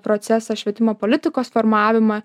procesą švietimo politikos formavimą